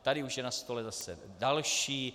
Tady už je na stole zase další.